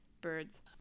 birds